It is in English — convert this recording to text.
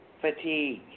fatigue